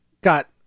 got